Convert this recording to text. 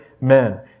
men